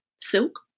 silk